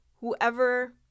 whoever